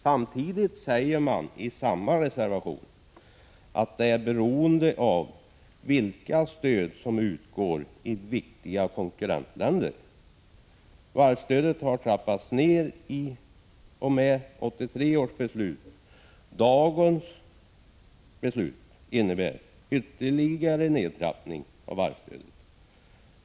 Samtidigt säger man i reservationen att det är beroende av vilket stöd som utgår till viktiga konkurrentländer. Varvsstödet har trappats ned i och med 1983 års beslut. Dagens beslut innebär en ytterligare nedtrappning av varvsstödet.